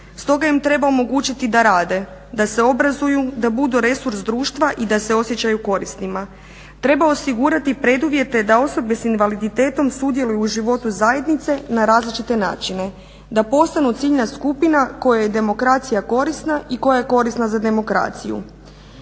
Stoga im treba omogućiti da rade, da se obrazuju, da budu resurs društva i da se osjećaju korisnima. Treba osigurati preduvjete da osobe sa invaliditetom sudjeluju u životu zajednice na različite načine, da postanu ciljna skupina kojoj je demokracija korisna i koja je korisna za demokraciju.